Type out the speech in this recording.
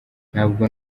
ntabwo